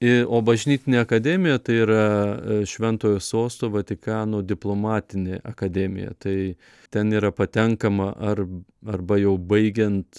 i o bažnytinė akademija tai yra šventojo sosto vatikano diplomatinė akademija tai ten yra patenkama ar arba jau baigiant